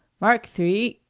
mark three-e-e.